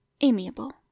amiable